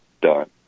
done